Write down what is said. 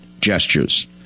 gestures